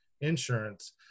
insurance